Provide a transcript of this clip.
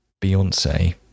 Beyonce